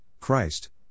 Christ